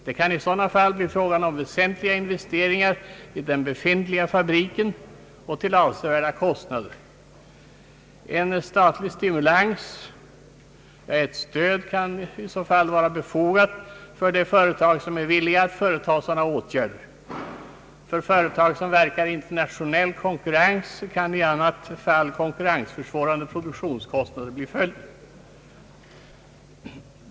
Det kan i sådana fall bli fråga om väsentliga investeringar i den befintliga fabriken till avsevärda kostnader. En statlig stimulans kan i så fall vara befogad för de företag som är villiga att företa sådana åtgärder. För företag som verkar i internationell konkurrens kan i annat fall konkurrensförsvårande produktionskostnader bli följden.